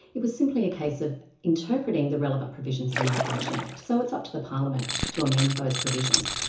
it was simply a case of interpreting the relevant provisions of the migration act. so, it's up to the parliament to amend those provisions.